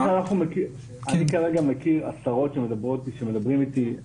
אני כרגע מכיר עשרות שמדברים איתי.